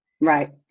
Right